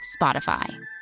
Spotify